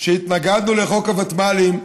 שהתנגדנו לחוק הוותמ"לים,